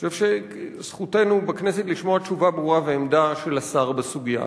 אני חושב שזכותנו בכנסת לשמוע תשובה ברורה ועמדה של השר בסוגיה.